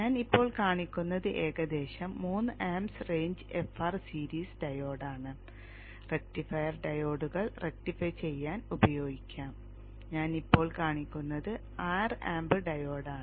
ഞാൻ ഇപ്പോൾ കാണിക്കുന്നത് ഏകദേശം 3amps റേഞ്ച് FR സീരീസ് ഡയോഡാണ് റക്റ്റിഫയർ ഡയോഡുകൾ റക്റ്റിഫൈ ചെയ്യാൻ ഉപയോഗിക്കാം ഞാൻ ഇപ്പോൾ കാണിക്കുന്നത് 6 amp ഡയോഡാണ്